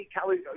Kelly